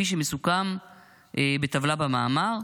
מסוכמים בטבלה במאמר.